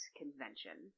convention